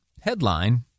headline